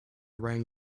rang